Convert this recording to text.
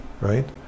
right